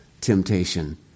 temptation